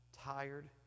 tired